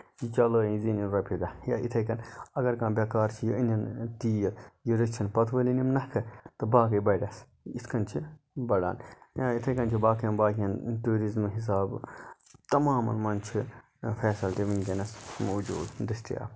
یہِ چَلٲوٕنۍ یہِ زیٖنِن رۄپیہِ دہ یا یِتھے کَنۍ اَگر کانہہ بیکار چھُ یہِ أنِن تیٖر یہِ رٔچھِن پَتہٕ وٲلِنۍ نَکھٕ تہٕ باقٕے بَڑیس یِتھ کَنۍ چھُ بَڑان یِتھے کَنۍ چھُ باقین باقین ٹوٗرزِمہٕ حِسابہٕ تَمامَن منٛز چھِ فیسلٹی ؤنکیٚنَس موٗجوٗد دٔستِیاب